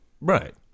Right